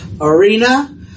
arena